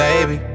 Baby